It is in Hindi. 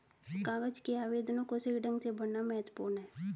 कागज के आवेदनों को सही ढंग से भरना महत्वपूर्ण है